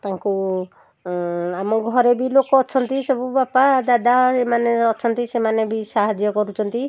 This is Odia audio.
ତାଙ୍କୁ ଆମ ଘରେ ବି ଲୋକ ଅଛନ୍ତି ସବୁ ବାପା ଦାଦା ଏମାନେ ଅଛନ୍ତି ସେମାନେ ବି ସାହାଯ୍ୟ କରୁଛନ୍ତି